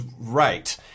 right